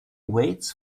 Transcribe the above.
waits